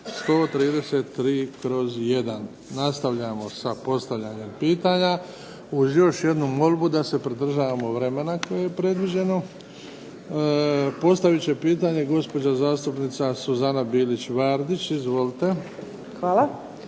133/I. Nastavljamo sa postavljanjem pitanja uz još jednu molbu da se pridržavamo vremena koje je predviđeno. Postavit će pitanje gospođa zastupnica Suzana Bilić Vardić. Izvolite. **Bilić